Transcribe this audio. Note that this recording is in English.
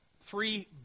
three